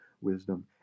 wisdom